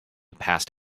passed